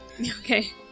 Okay